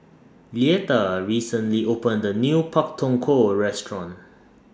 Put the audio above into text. Leatha recently opened A New Pak Thong Ko Restaurant